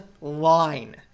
line